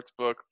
Sportsbook